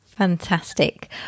Fantastic